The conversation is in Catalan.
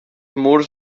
murs